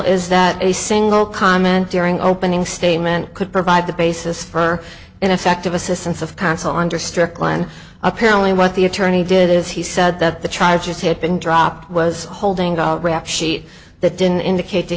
is that a single comment during opening statement could provide the basis for ineffective assistance of counsel under strickland apparently what the attorney did is he said that the charges had been dropped was holding a rap sheet that didn't indicate to